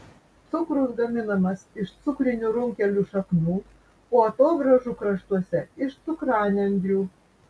cukrus gaminamas iš cukrinių runkelių šaknų o atogrąžų kraštuose iš cukranendrių